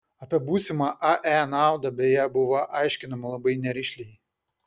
apie būsimą ae naudą beje buvo aiškinama labai nerišliai